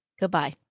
Goodbye